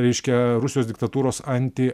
reiškia rusijos diktatūros anti